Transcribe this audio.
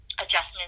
adjustments